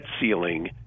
ceiling